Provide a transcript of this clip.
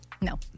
No